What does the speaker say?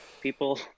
People